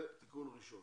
זה תיקון ראשון.